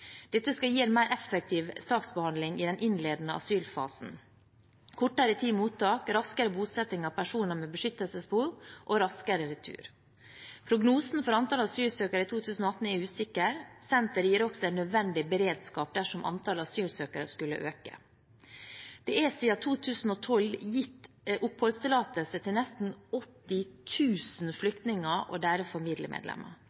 Dette skal gi en mer effektiv saksbehandling i den innledende asylfasen – kortere tid i mottak, raskere bosetting av personer med beskyttelsesbehov og raskere retur. Prognosen for antall asylsøkere i 2018 er usikker. Senteret gir oss også en nødvendig beredskap dersom antallet asylsøkere skulle øke. Det er siden 2012 gitt oppholdstillatelse til nesten